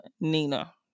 nina